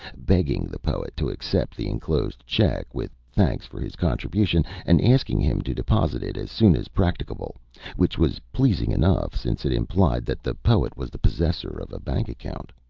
begging the poet to accept the enclosed check, with thanks for his contribution, and asking him to deposit it as soon as practicable which was pleasing enough, since it implied that the poet was the possessor of a bank account.